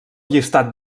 llistat